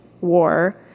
war